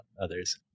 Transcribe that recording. others